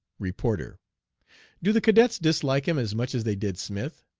reporter do the cadets dislike him as much as they did smith?